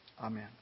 Amen